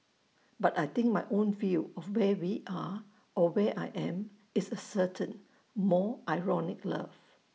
but I think my own view of where we are or where I am is A certain more ironic love